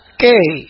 Okay